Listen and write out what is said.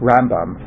Rambam